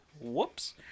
Whoops